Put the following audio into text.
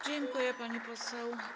Dziękuję, pani poseł.